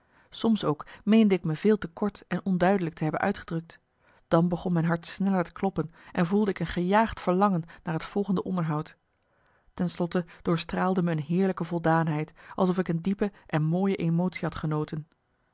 soms ook meende ik me veel te kort en onduidelijk te hebben uitgedrukt dan begon mijn hart sneller te kloppen en voelde ik een gejaagd verlangen naar het volgende onderhoud ten slotte doorstraalde me een heerlijke voldaanheid alsof ik een diepe en mooie emotie had genoten